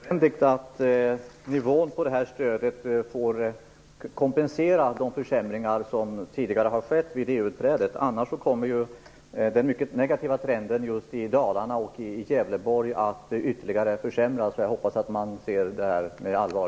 Fru talman! Det är nödvändigt att nivån på stödet kompenserar de försämringar som tidigare har skett vid EU-inträdet. Annars kommer den mycket negativa trenden i Dalarna och Gävleborg att ytterligare förvärras. Jag hoppas att man ser på det här med allvar.